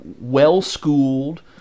well-schooled